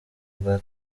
bwa